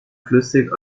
flüssig